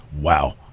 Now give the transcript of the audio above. wow